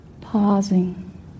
pausing